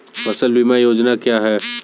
फसल बीमा योजना क्या है?